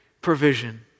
provision